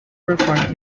performed